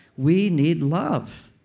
we need love.